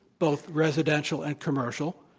both residential and commercial.